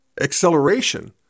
acceleration